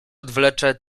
odwlecze